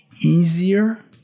easier